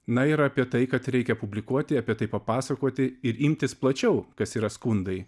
na ir apie tai kad reikia publikuoti apie tai papasakoti ir imtis plačiau kas yra skundai